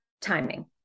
timing